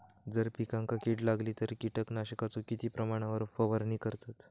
जर पिकांका कीड लागली तर कीटकनाशकाचो किती प्रमाणावर फवारणी करतत?